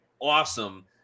awesome